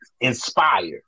inspire